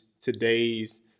today's